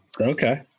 okay